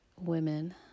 women